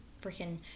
freaking